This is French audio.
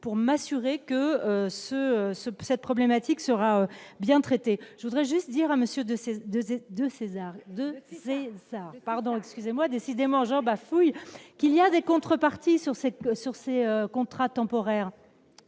pour m'assurer que ce ce cette problématique sera bien traité, je voudrais juste dire à monsieur de 16 2 et de César 2, pardon, excusez-moi, décidément, Jean bafouille, qu'il y a des contreparties sur cette sur ces contrats temporaires